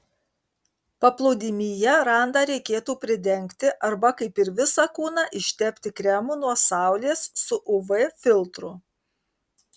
paplūdimyje randą reikėtų pridengti arba kaip ir visą kūną ištepti kremu nuo saulės su uv filtru